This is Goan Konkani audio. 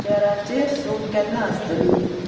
चेराचेर सूट केन्ना आसतली